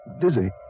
Dizzy